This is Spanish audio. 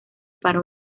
para